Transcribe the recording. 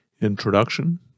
Introduction